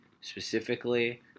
specifically